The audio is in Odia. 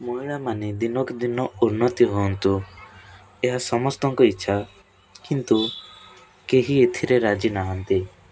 ମହିଳାମାନେ ଦିନକୁ ଦିନ ଉନ୍ନତି ହୁଅନ୍ତୁ ଏହା ସମସ୍ତଙ୍କ ଇଚ୍ଛା କିନ୍ତୁ କେହି ଏଥିରେ ରାଜି ନାହାନ୍ତି